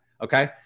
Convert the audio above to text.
Okay